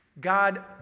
God